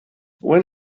when